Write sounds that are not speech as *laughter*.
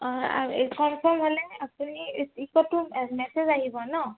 অঁ এই কনফাৰ্ম হ'লে আপুনি *unintelligible* মেছেজ আহিব ন